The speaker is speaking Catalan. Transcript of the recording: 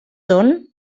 són